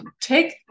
take